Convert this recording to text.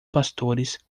pastores